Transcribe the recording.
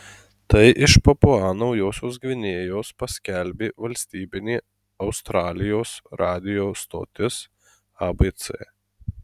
tai iš papua ir naujosios gvinėjos paskelbė valstybinė australijos radijo stotis abc